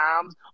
times